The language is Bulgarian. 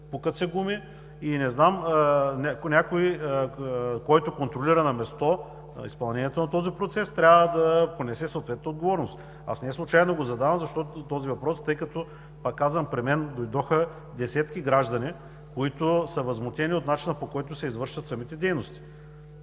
пукат се гуми и някой, който контролира на място изпълнението на този процес, трябва да понесе съответната отговорност. Аз неслучайно задавам този въпрос, тъй като при мен дойдоха десетки граждани, които са възмутени от начина, по който се извършват самите дейности.